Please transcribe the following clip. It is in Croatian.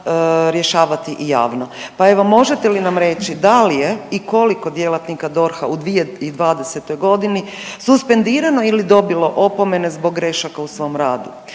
mora rješavati javno. Pa evo, možete li nam reći da li je i koliko djelatnika DORH-a u 2020. g. suspendirano ili dobilo opomene zbog grešaka u svom radu?